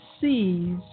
sees